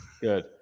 Good